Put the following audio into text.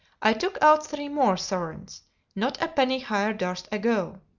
i took out three more sovereigns not a penny higher durst i go.